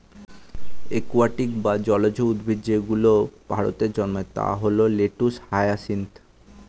aquatic বা জলজ উদ্ভিদ যেগুলো ভারতে জন্মায় তা হল লেটুস, হায়াসিন্থ